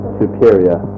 superior